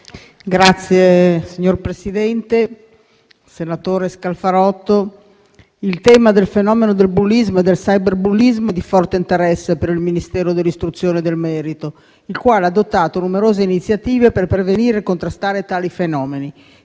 merito*. Signor Presidente, il tema del fenomeno del bullismo e del cyberbullismo è di forte interesse per il Ministero dell'istruzione e del merito, il quale ha adottato numerose iniziative per prevenire e contrastare tali fenomeni,